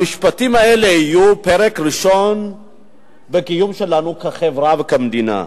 המשפטים האלה היו פרק ראשון בקיום שלנו כחברה וכמדינה.